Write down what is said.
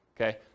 okay